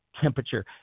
temperature